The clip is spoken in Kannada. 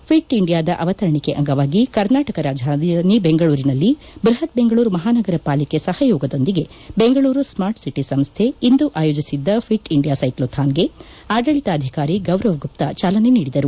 ಫಿಟ್ ಇಂಡಿಯಾದ ಅವತರಣಿಕೆ ಅಂಗವಾಗಿ ಕರ್ನಾಟಕ ರಾಜಧಾನಿ ಬೆಂಗಳೂರಿನಲ್ಲಿ ಬ್ಬಹತ್ ಬೆಂಗಳೂರು ಮಹಾನಗರ ಪಾಲಿಕೆ ಸಹಯೋಗದೊಂದಿಗೆ ಬೆಂಗಳೂರು ಸ್ಮಾರ್ಟ್ಸಿಟಿ ಸಂಸ್ಡೆ ಇಂದು ಆಯೋಜಿಸಿದ್ದ ಫಿಟ್ ಇಂಡಿಯಾ ಸ್ವೆಕ್ಲೋಥಾನ್ಗೆ ಆಡಳಿತಾಧಿಕಾರಿ ಗೌರವ್ ಗುಪ್ತ ಚಾಲನೆ ನೀಡಿದರು